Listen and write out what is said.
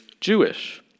Jewish